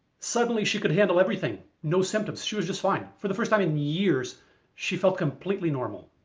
suddenly she could handle everything. no symptoms, she was just fine. for the first time in years she felt completely normal.